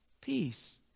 Peace